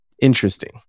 interesting